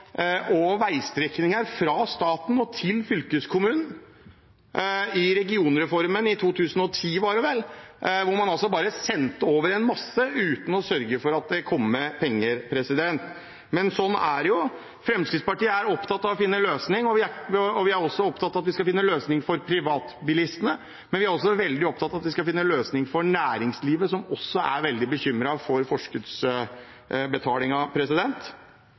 til fylkeskommunene i regionreformen – i 2010, var det vel – hvor man altså bare sendte over en masse uten å sørge for at det kom penger med. Men sånn er det: Fremskrittspartiet er opptatt av å finne løsninger. Vi er opptatt av at vi skal finne løsninger for privatbilistene, men vi er også veldig opptatt av at vi skal finne løsninger for næringslivet, som også er veldig bekymret for